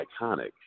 Iconic